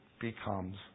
becomes